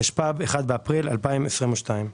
התשט"ו-1955,